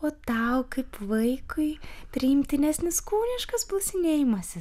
o tau kaip vaikui priimtinesnis kūniškas blusinėjimasis